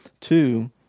Two